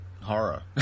horror